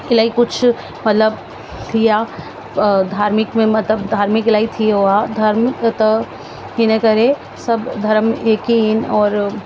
इलाही कुझु मतिलब थी विया धार्मिक में मतिलब धार्मिक इलाही थी वियो आहे त हिन करे सभु धर्म एक ई आहिनि और